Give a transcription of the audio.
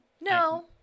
No